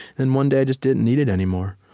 and one day i just didn't need it anymore.